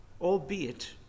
albeit